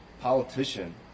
politician